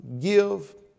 give